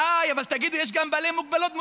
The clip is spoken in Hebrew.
אה, אבל תגידו: יש גם בעלי מוגבלות מוסלמיים.